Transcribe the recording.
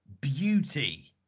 beauty